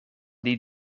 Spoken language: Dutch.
die